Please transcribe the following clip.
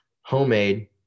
homemade